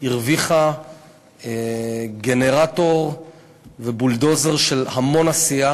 הרוויחו גנרטור ובולדוזר של המון עשייה,